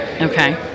okay